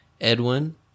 Edwin